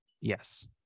Yes